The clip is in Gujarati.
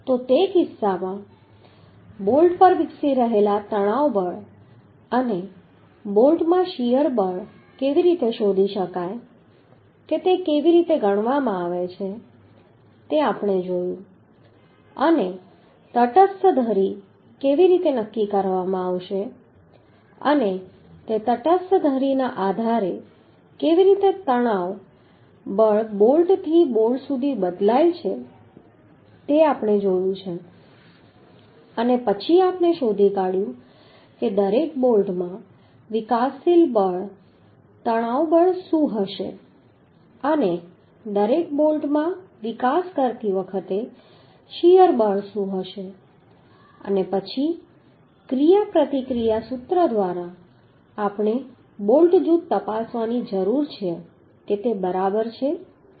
તો તે કિસ્સામાં બોલ્ટ પર વિકસી રહેલા તણાવ બળ અને દરેક બોલ્ટમાં શીયર બળ કેવી રીતે શોધી શકાય તે કેવી રીતે ગણવામાં આવે છે તે આપણે જોયું છે અને તટસ્થ ધરી કેવી રીતે નક્કી કરવામાં આવશે અને તે તટસ્થ ધરીના આધારે કેવી રીતે તણાવ બળ બોલ્ટથી બોલ્ટ સુધી બદલાય છે તે આપણે જોયું છે અને પછી આપણે શોધી કાઢ્યું છે કે દરેક બોલ્ટમાં વિકાસશીલ તણાવ બળ શું હશે અને દરેક બોલ્ટમાં વિકાસ કરતી વખતે શીયર બળ શું હશે અને પછી ક્રિયાપ્રતિક્રિયા સૂત્ર દ્વારા આપણે બોલ્ટ જૂથ તપાસવાની જરૂર છે કે તે બરાબર છે કે નથી